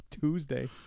tuesday